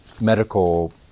medical